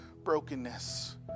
brokenness